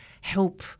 help